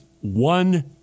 one